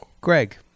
Greg